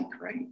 right